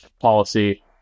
policy